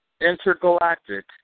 intergalactic